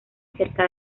cerca